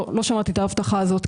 לא שמעתי את ההבטחה הזו.